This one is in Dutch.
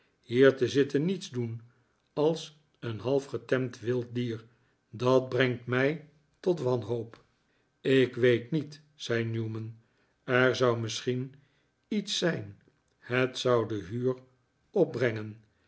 hier te zitten nietsdoen als een halfgetemd wild dier dat brengt mij tot wanhoop ik weet niet zei newman er zou misschien iets zijn het zou de huur opbrengen